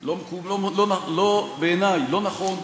זה בעיני לא נכון,